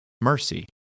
mercy